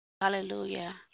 Hallelujah